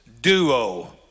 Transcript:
duo